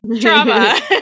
trauma